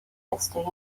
استریم